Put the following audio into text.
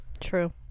True